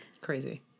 Crazy